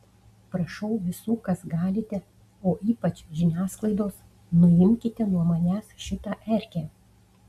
prašau visų kas galite o ypač žiniasklaidos nuimkite nuo manęs šitą erkę